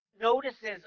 notices